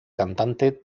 cantante